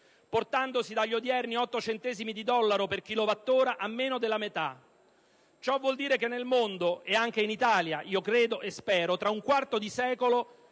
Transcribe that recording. portandosi dagli odierni 8 centesimi di dollaro per kilowattora a meno della metà. Ciò vuol dire che nel mondo, e anche in Italia credo e spero, tra un quarto di secolo